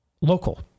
Local